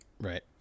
Right